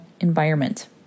environment